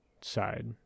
side